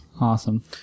Awesome